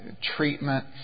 treatment